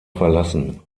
verlassen